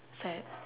sad